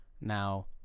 now